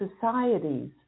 societies